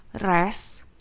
Rest